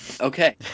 okay